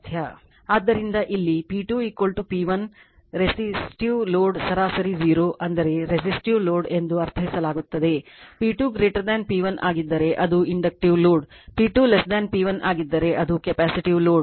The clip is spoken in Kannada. ಆದ್ದರಿಂದ ಇಲ್ಲಿ P 2 P 1 ರೆಸಿಸ್ಟಿವ್ ಲೋಡ್ ಸರಾಸರಿ 0 ಅಂದರೆ ರೆಸಿಸ್ಟಿವ್ ಲೋಡ್ ಎಂದು ಅರ್ಥೈಸಲಾಗುತ್ತದೆ P 2 P 1 ಆಗಿದ್ದರೆ ಅದು ಇಂಡಕ್ಟಿವ್ ಲೋಡ್ P 2 P 1 ಆಗಿದ್ದರೆ ಅದು ಕೆಪ್ಯಾಸಿಟಿವ್ ಲೋಡ್